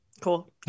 cool